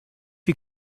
you